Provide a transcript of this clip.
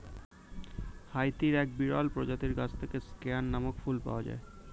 হাইতির এক বিরল প্রজাতির গাছ থেকে স্কেয়ান নামক ফুল পাওয়া যায়